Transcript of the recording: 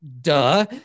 Duh